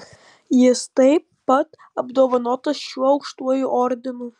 jis taip pat apdovanotas šiuo aukštuoju ordinu